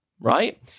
right